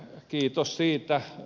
kiitos siitä